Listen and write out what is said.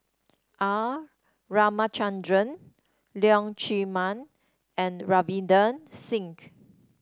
R Ramachandran Leong Chee Mun and Ravinder Singh